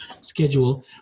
schedule